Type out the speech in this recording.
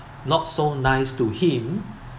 not so nice to him